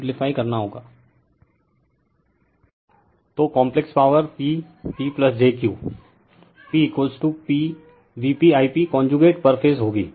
refer slide time 1204 तो complex power P pjQ p Vp I p conjugate पर phase होगी